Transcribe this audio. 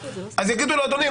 אז יגידו לו: אדוני,